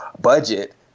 budget